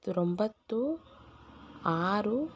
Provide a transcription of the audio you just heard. ತೊಂಬತ್ತು ಆರು